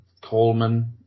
Coleman